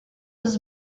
was